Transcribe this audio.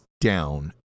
down